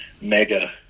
mega